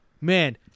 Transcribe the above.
man